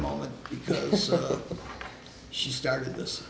moment because she started this